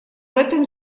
эту